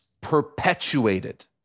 perpetuated